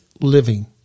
living